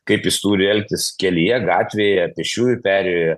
kaip jis turi elgtis kelyje gatvėje pėsčiųjų perėjoje